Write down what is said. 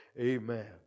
amen